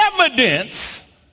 evidence